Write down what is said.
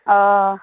ओ